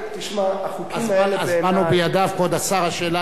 החוקים האלה,